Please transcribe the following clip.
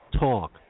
Talk